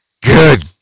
Good